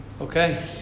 Okay